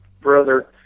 brother